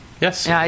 yes